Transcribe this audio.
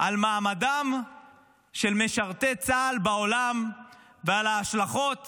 על מעמדם של משרתי צה"ל בעולם ועל ההשלכות